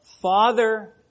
Father